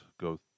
go